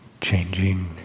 changing